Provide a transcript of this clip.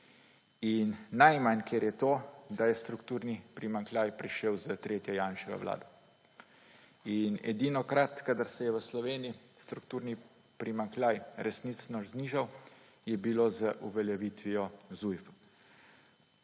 In najmanj, kjer je to, da je strukturni primanjkljaj prišel s tretjo Janševo vlado. Edinokrat, ko se je v Sloveniji strukturni primanjkljaj resnično znižal, je bilo z uveljavitvijo ZUJF-a.